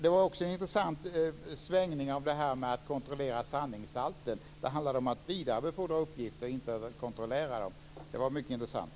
Det var också en intressant svängning när det gällde att kontrollera sanningshalten. Det handlade om att vidarebefordra uppgifter och inte om att kontrollera dem. Det var mycket intressant.